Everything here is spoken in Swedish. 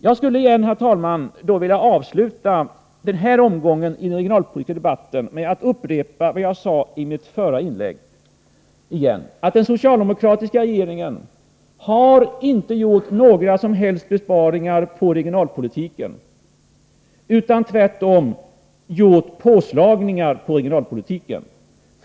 Jag skulle, herr talman, vilja avsluta den här omgången i den regionalpolitiska debatten med att upprepa vad jag sade i mitt förra inlägg, nämligen att den socialdemokratiska regeringen inte har gjort några som helst besparingar på regionalpolitikens område — tvärtom har vi gjort påslag.